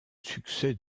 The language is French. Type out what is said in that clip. succès